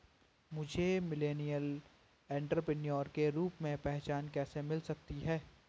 मुझे millennial entrepreneur के रूप में पहचान कैसे मिल सकती है?